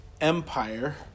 empire